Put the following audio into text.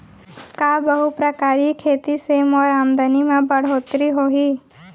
का बहुप्रकारिय खेती से मोर आमदनी म बढ़होत्तरी होही?